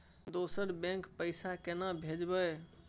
दोसर बैंक पैसा केना भेजबै?